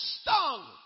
stung